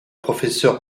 professeur